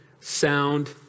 sound